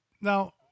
now